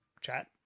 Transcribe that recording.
chat